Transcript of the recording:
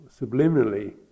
subliminally